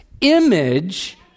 image